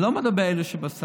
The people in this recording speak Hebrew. אני לא מדבר על אלה שבסל,